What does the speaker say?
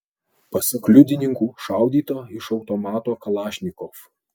pasak liudininkų šaudyta iš automato kalašnikov